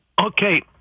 Okay